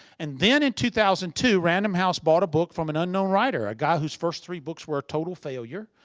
and then in two thousand and two, random house bought a book from an unknown writer. a guy whose first three books were a total failure.